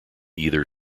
either